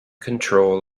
control